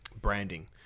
branding